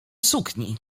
sukni